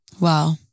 Wow